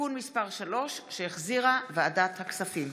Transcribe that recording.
(תיקון מס' 3), שהחזירה ועדת הכספים.